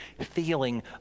feeling